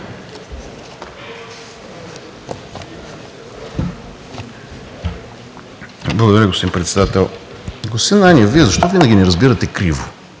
Благодаря, господин Председател. Господин Ананиев, Вие защо винаги ни разбирате криво?